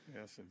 Yes